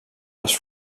les